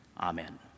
Amen